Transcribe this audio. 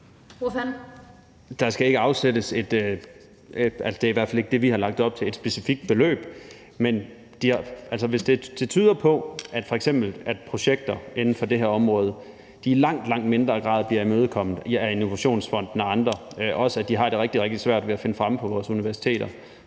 (V): Der skal ikke afsættes et specifikt beløb – det er i hvert fald ikke det, vi har lagt op til. Men det tyder på, at projekter inden for det her område i langt, langt mindre grad bliver imødekommet af Innovationsfonden og andre, og det tyder også på, at de har rigtig, rigtig svært ved at nyde fremme på vores universiteter.